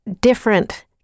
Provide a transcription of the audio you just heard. different